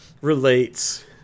relates